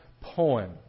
poem